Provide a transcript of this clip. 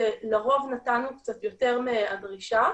לרוב נתנו קצת יותר מהדרישה,